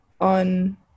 on